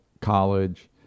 college